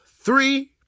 three